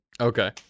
Okay